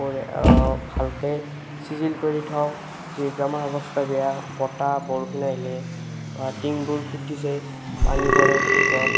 ভালকৈ চিজিল কৰি থওঁ যিহেতু আমাৰ অৱস্থা বেয়া বতাহ বৰষুণ আহিলে বা ৰ্টিঙবোৰ ফুটি যায় পানী পৰে ঘৰত